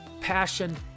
passion